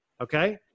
Okay